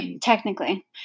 Technically